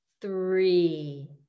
Three